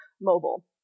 mobile